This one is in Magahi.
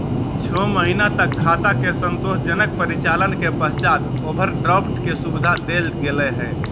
छो महीना तक खाता के संतोषजनक परिचालन के पश्चात ओवरड्राफ्ट के सुविधा देल गेलय हइ